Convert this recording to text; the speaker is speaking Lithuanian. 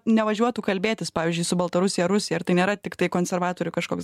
nevažiuotų kalbėtis pavyzdžiui su baltarusija ar rusija ir tai nėra tiktai konservatorių kažkoks